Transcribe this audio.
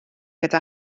gyda